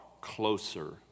closer